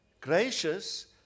gracious